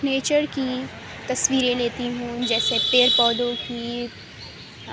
nature کی تصویریں لیتی ہوں جیسے پیڑ پودوں کی